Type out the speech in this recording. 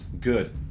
good